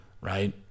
Right